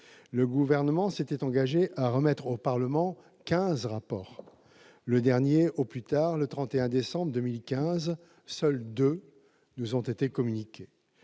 le Gouvernement s'était engagé à remettre au Parlement quinze rapports, le dernier au plus tard le 31 décembre 2015. Seuls deux nous ont été communiqués.